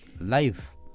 Life